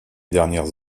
dernières